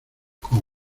con